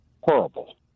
horrible